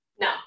No